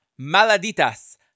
Maladitas